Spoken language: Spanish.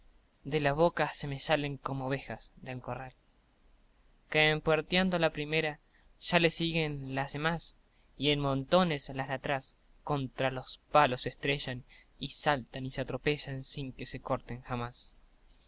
de la boca se me salen como ovejas de corral que en puertiando la primera ya la siguen los demás y en montones las de atrás contra los palos se estrellan y saltan y se atropellan sin que se corten jamás